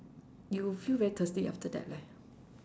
you feel very thirsty after that leh